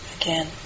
again